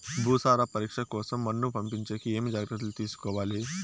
భూసార పరీక్ష కోసం మన్ను పంపించేకి ఏమి జాగ్రత్తలు తీసుకోవాలి?